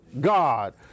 God